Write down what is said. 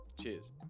Cheers